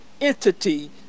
entity